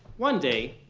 one day,